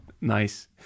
nice